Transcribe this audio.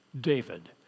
David